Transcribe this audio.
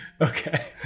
Okay